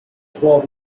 twelve